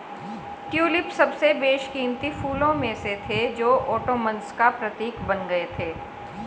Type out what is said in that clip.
tulip सबसे बेशकीमती फूलों में से थे जो ओटोमन्स का प्रतीक बन गए थे